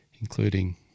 including